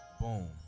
boom